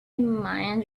mind